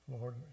Lord